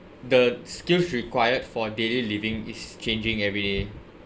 the skills required for daily living is changing everyday